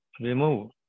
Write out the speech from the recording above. remove